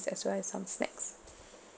as well as some snacks